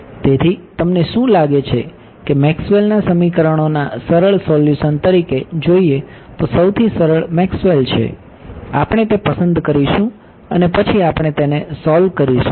તેથી તમને શું લાગે છે કે મેક્સવેલના સમીકરણોના સરળ સોલ્યુશન તરીકે જોઈએ તો સૌથી સરળ મેક્સવેલ છે આપણે તે પસંદ કરીશું અને પછી આપણે તેને સોલ્વ કરીશું